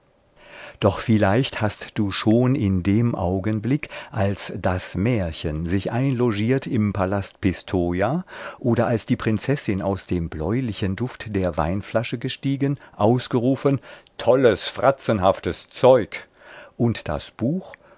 doch vielleicht hast du schon in dem augenblick als das märchen sich einlogiert im palast pistoja oder als die prinzessin aus dem bläulichen duft der weinflasche gestiegen ausgerufen tolles fratzenhaftes zeug und das buch